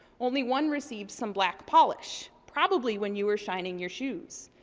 only one received some black polish. probably when you were shining your shoes.